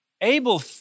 Abel